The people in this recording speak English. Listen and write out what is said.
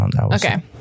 Okay